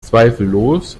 zweifellos